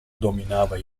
dominava